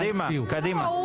קדימה, קדימה.